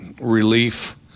relief